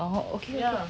oh okay